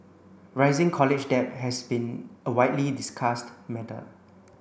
rising college debt has been a widely discussed matter